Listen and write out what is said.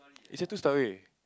is there two story